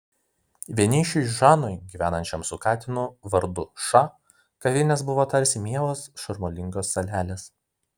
vienišiui žanui gyvenančiam su katinu vardu ša kavinės buvo tarsi mielos šurmulingos salelės